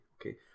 okay